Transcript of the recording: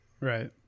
right